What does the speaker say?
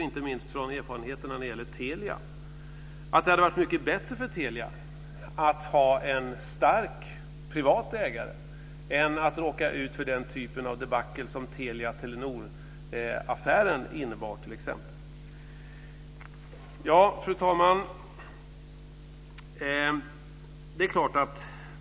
Inte minst från erfarenheterna när det gäller Telia vet vi att det hade varit bättre för Telia att ha en stark privat ägare än att råka ut för den typ av debacle som Fru talman!